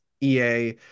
EA